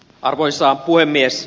arvoisa puhemies